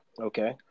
Okay